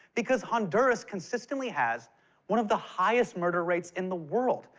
because honduras consistently has one of the highest murder rates in the world.